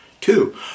Two